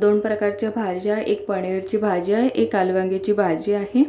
दोन प्रकारच्या भाज्या एक पनीरची भाजी आहे एक आलूवांग्याची भाजी आहे